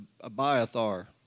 Abiathar